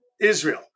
Israel